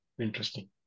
Interesting